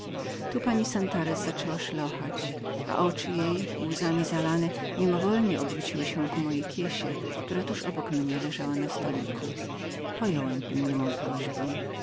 tu pani santarez zaczęła szlochać oczy jej łzami zalane mimowolnie obróciły się ku mojej kiesie która tuż obok mnie leżała na stoliku pojąłem tę niemę prośbę